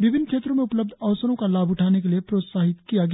विभिन्न क्षेत्रों में उपलब्ध अवसरों का लाभ उठाने के लिए प्रोत्साहित किया गया